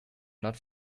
not